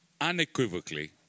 unequivocally